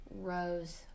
rose